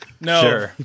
no